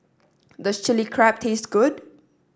does Chilli Crab taste good